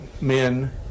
men